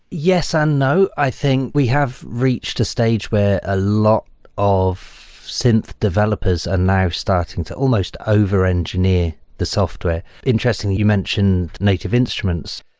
yes and no. i think we have reached a stage where a lot of synth developers are now starting to almost over-engineer the software. interestingly, you mentioned native instruments.